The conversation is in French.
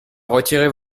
retirer